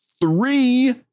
three